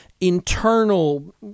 internal